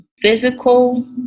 Physical